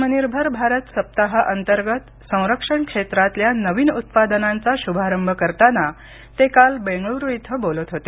आत्मनिर्भर भारत सप्ताहा अंतर्गत संरक्षण क्षेत्रातल्या नवीन उत्पादनांचा शुभारंभ करताना ते काल बेंगळूरू इथं बोलत होते